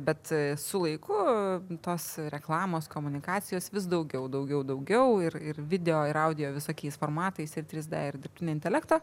bet su laiku tos reklamos komunikacijos vis daugiau daugiau daugiau ir ir video ir audio visokiais formatais ir trys d ir dirbtinio intelekto